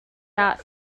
not